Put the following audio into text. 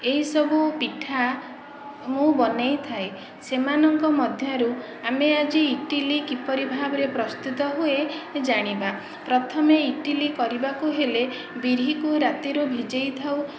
ଏହିସବୁ ପିଠା ମୁଁ ବନେଇଥାଏ ସେମାନଙ୍କ ମଧ୍ୟରୁ ଆମେ ଆଜି ଇଟିଲି କିପରି ଭାବରେ ପ୍ରସ୍ତୁତ ହୁଏ ଜାଣିବା ପ୍ରଥମେ ଇଟିଲି କରିବାକୁ ହେଲେ ବିରିକୁ ରାତିରୁ ଭିଜେଇ ଥାଉ